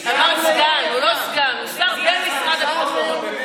אמרת סגן, הוא לא סגן, הוא שר במשרד הביטחון.